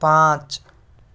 पाँच